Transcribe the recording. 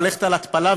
ללכת להתפלה,